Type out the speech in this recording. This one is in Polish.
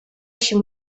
się